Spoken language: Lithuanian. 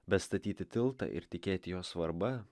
bet statyti tiltą ir tikėti jo svarba